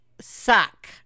suck